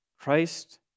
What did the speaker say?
Christ